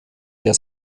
der